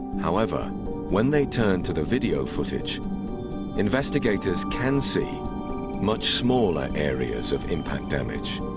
however when they turn to the video footage investigators can see much smaller areas of impact damage.